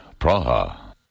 Praha